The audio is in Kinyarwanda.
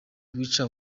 wica